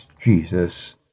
Jesus